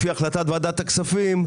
לפי החלטת ועדת הכספים,